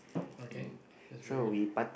okay